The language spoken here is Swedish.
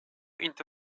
inte